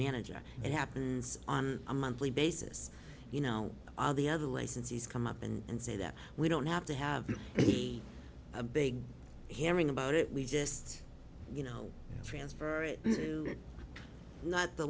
manager it happens on a monthly basis you know all the other licensees come up and say that we don't have to have it be a big hearing about it we just you know transfer it not the